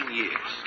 years